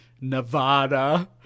Nevada